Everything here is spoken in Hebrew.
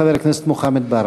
חבר הכנסת מוחמד ברכה.